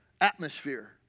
Atmosphere